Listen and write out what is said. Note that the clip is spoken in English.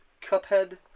Cuphead